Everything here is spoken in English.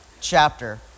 chapter